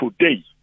today